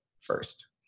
first